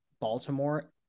baltimore